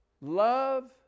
love